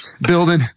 building